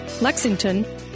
Lexington